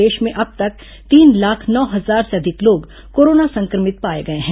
प्रदेश में अब तक तीन लाख नौ अधिक लोग कोरोना संक्रमित पाए गए हैं